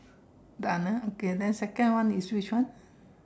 done ah okay then second one is which one